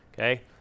Okay